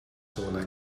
sauna